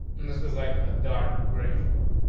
and this is like a dark gray color.